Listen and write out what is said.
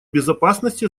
безопасности